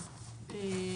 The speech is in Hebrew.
אוקיי.